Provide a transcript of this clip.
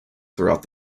throughout